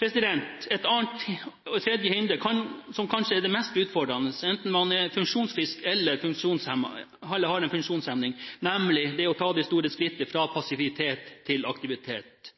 Et tredje hinder – som kanskje er det mest utfordrende, enten man er funksjonsfrisk eller har funksjonshemning – er nemlig det å ta det store skrittet fra passivitet til aktivitet.